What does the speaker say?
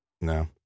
No